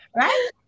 Right